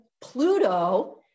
Pluto